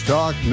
Talk